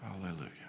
hallelujah